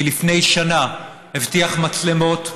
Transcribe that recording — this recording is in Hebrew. שלפני שנה הבטיח מצלמות,